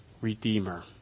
redeemer